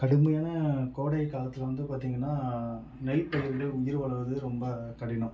கடுமையான கோடை காலத்தில் வந்து பார்த்திங்கன்னா நெல்பயிர்கள் உயிர் வாழ்வது ரொம்ப கடினம்